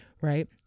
right